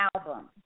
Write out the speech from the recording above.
album